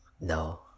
No